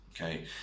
okay